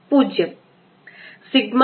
P0 bP